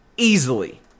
Easily